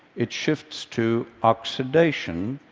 it shifts to oxidation,